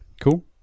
Cool